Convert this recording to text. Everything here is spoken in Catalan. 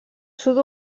sud